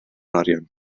arian